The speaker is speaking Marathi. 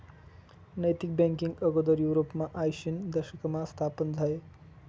नैतिक बँकींग आगोदर युरोपमा आयशीना दशकमा स्थापन झायं